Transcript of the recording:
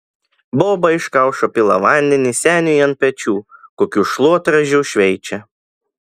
boba iš kaušo pila vandenį seniui ant pečių kokiu šluotražiu šveičia